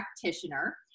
practitioner